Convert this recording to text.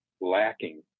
lacking